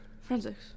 Forensics